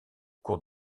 cours